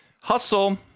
hustle